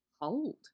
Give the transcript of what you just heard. hold